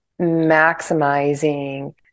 maximizing